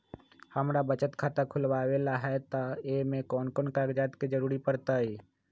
हमरा बचत खाता खुलावेला है त ए में कौन कौन कागजात के जरूरी परतई?